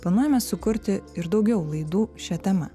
planuojame sukurti ir daugiau laidų šia tema